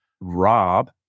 rob